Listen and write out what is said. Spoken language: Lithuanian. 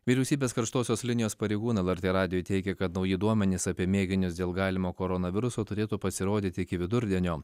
vyriausybės karštosios linijos pareigūnai vartė radijui teigė kad nauji duomenys apie mėginius dėl galimo koronaviruso turėtų pasirodyti iki vidurdienio